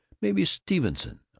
maybe a stevenson.